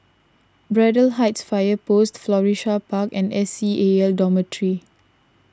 Braddell Heights Fire Post Florissa Park and S C A L Dormitory